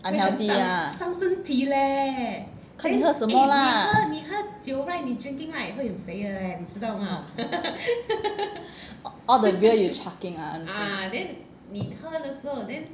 unhealthy lah 看你喝什么 lah all the beer you chugging ah